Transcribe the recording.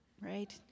right